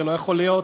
זה לא יכול להיות.